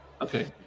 Okay